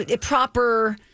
proper